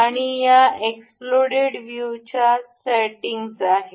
आणि या एक्स्प्लोडेड व्ह्यूच्या या सेटिंग्ज आहेत